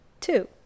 two